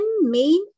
main